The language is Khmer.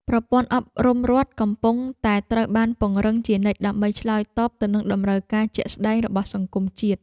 ប្រព័ន្ធអប់រំរដ្ឋកំពុងតែត្រូវបានពង្រឹងជានិច្ចដើម្បីឆ្លើយតបទៅនឹងតម្រូវការជាក់ស្តែងរបស់សង្គមជាតិ។